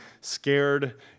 scared